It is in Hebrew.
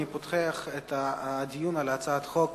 אני פותח את הדיון על הצעת החוק